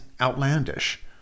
outlandish